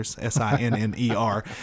S-I-N-N-E-R